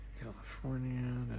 California